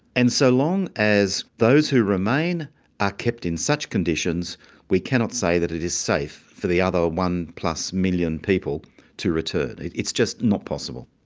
and so long as those who remain are kept in such conditions we cannot say that it is safe for the other one plus million people to return, it's just not possible.